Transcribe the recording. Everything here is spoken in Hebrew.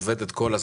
עובדת כל הזמן,